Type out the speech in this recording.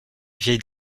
vieille